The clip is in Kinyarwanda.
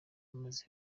namaze